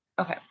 Okay